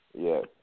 Yes